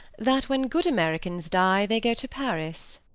that when good americans die they go to paris.